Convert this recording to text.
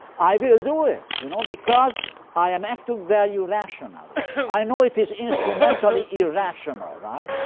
i will do it you know, because i am acting value rationally. i know it is instrumentally irrational. right?